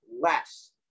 less